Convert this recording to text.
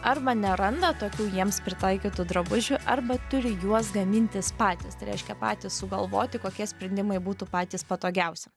arba neranda tokių jiems pritaikytų drabužių arba turi juos gamintis patys tai reiškia patys sugalvoti kokie sprendimai būtų patys patogiausi